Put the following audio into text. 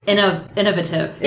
Innovative